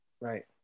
Right